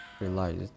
realized